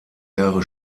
jahre